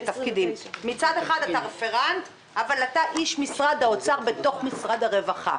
מצד אחד אתה רפרנט אבל אתה איש משרד האוצר בתוך משרד הרווחה.